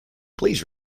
please